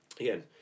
again